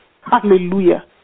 Hallelujah